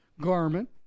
garment